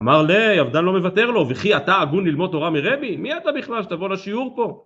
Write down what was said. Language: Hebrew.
אמר לא יבדל לא מבטר לו וכי אתה עגון ללמוד תורה מרבי מי אתה בכלל שתבוא לשיעור פה